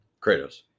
Kratos